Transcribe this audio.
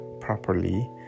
properly